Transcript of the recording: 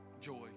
joy